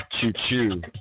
Choo-choo